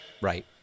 Right